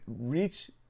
reach